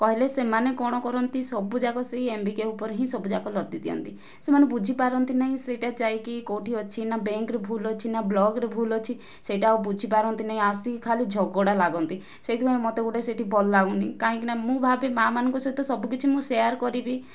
କହିଲେ ସେମାନେ କଣ କରନ୍ତି ସବୁଯାକ ସେହି ଏମ୍ବିକେ ଉପରେ ହିଁ ସବୁଯାକ ଲଦିଦିଅନ୍ତି ସେମାନେ ବୁଝିପାରନ୍ତି ନାହିଁ ସେଇଟା ଯାଇକି କେଉଁଠି ଅଛି ନା ବ୍ୟାଙ୍କରେ ଭୁଲ ଅଛି ନା ବ୍ଲକରେ ଭୁଲ ଅଛି ସେଇଟା ଆଉ ବୁଝିପାରନ୍ତି ନାହିଁ ଆସିକି ଖାଲି ଝଗଡ଼ା ଲାଗନ୍ତି ସେଇଥିପାଇଁ ମୋତେ ଗୋଟିଏ ସେ'ଠି ଭଲ ଲାଗୁନାହିଁ କାହିଁକି ନା ମୁଁ ଭାବେ ମା' ମାନଙ୍କ ସହିତ ସବୁ କିଛି ମୁଁ ସେୟାର କରିବି